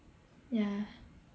ya